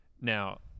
Now